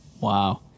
Wow